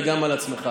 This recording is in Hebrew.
וגם על עצמך,